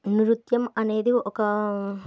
నృత్యం అనేది ఒక